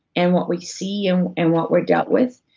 and what we see, and and what we're dealt with,